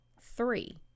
three